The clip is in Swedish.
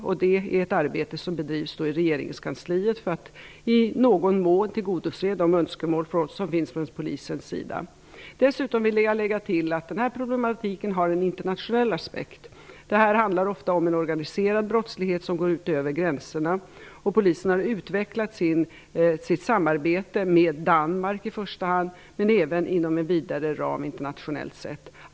Det bedrivs ett arbete i regeringskansliet för att i någon mån tillgodose de önskemål som finns från Polisens sida. Dessutom vill jag lägga till att denna problematik har en internationell aspekt. Ofta handlar det om en organiserad brottslighet som går över gränserna, och Polisen har utvecklat sitt samarbete, i första hand med Danmark men även inom en vidare internationell ram.